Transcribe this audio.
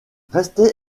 restaient